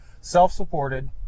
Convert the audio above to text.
self-supported